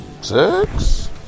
six